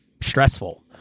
stressful